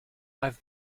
i’ve